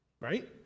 right